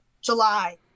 July